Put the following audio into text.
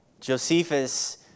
Josephus